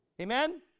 Amen